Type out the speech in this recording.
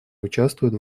участвуют